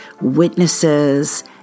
witnesses